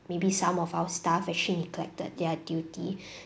maybe some of our staff actually neglected their duty